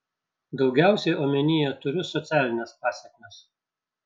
daugiausiai omenyje turiu socialines pasekmes